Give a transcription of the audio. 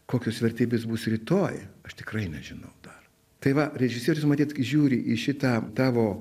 kokios vertybės bus rytoj aš tikrai nežinau dar tai va režisierius matyt kai žiūri į šitą tavo